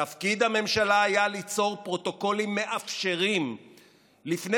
תפקיד הממשלה היה ליצור פרוטוקולים מאפשרים לפני